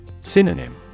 Synonym